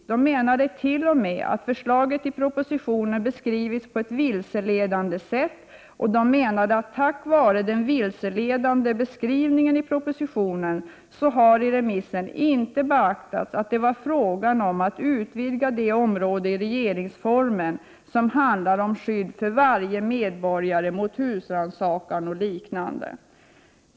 Lagrådet menade t.o.m. att förslaget i propositionen beskrivits på ett vilseledande sätt och att det på grund av den vilseledande beskrivningen i propositionen i remissen inte har beaktats att det var fråga om att utvidga det område i regeringsformen som handlar om skydd för varje medborgare mot husrannsakan och liknande.